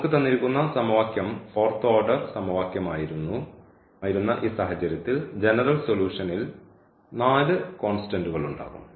നമുക്ക് തന്നിരിക്കുന്ന സമവാക്യം ഫോർത്ത് ഓർഡർ സമവാക്യമായിരുന്ന ഈ സാഹചര്യത്തിൽ ജനറൽ സൊലൂഷൻൽ നാല് കോൺസ്റ്റന്റ്കളുണ്ടാകും